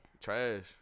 Trash